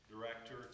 Director